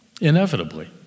inevitably